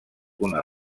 una